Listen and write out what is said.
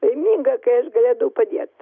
laiminga kai aš galėdavau padėt